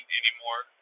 anymore